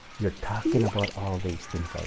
you're talking about all those things already.